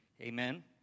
Amen